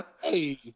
hey